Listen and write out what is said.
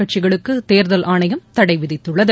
கட்சிகளுக்குதேர்தல் ஆணையம் தடைவிதித்துள்ளது